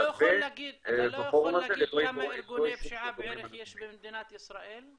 אתה לא יכול להגיד כמה ארגוני פשיעה בערך יש במדינת ישראל?